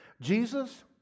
Jesus